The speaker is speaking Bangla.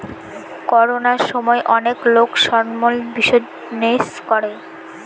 করোনার সময় অনেক লোক স্মল বিজনেস করে